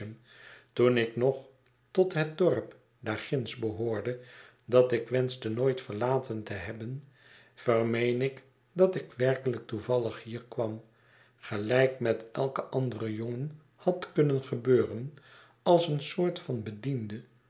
toen ik nog tot het dorp daar ginds behoorde dat ik wenschte nooit verlaten te hebben vermeen ik dat ik werkelijk toevallig hier kwam gelijk met elken anderen jongen had kunnen gebeuren als een soort van bediende